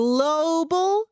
Global